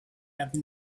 have